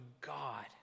God